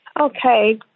Okay